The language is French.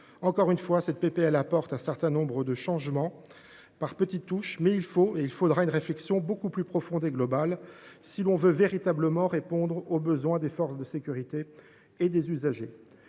Encore une fois, cette proposition de loi apporte un certain nombre de changements, par petites touches, mais il faudra une réflexion beaucoup plus profonde et globale si l’on veut véritablement répondre aux besoins des forces de sécurité et à ceux des usagers.